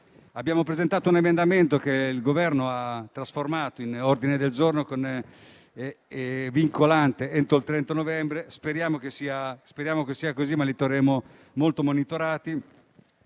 Abbiamo presentato un emendamento al riguardo, che il Governo ha trasformato in ordine del giorno vincolante entro il 30 novembre. Speriamo che tale sia, ma lo terremo molto monitorato;